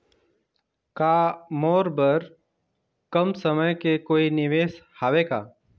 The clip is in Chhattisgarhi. का मोर बर कम समय के कोई निवेश हावे का?